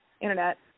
internet